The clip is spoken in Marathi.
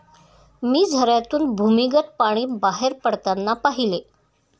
मी झऱ्यातून भूमिगत पाणी बाहेर पडताना पाहिले